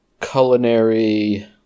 culinary